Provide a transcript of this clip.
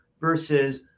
versus